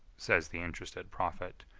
says the interested prophet,